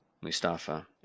Mustafa